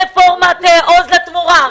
רפורמת עוז לתמורה,